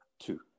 two